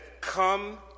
Come